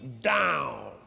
down